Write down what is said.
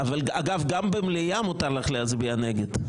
אגב, גם במליאה מותר לך להצביע נגד.